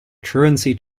truancy